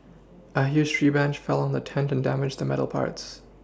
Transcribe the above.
a huge tree branch fell on the tent and damaged the metal parts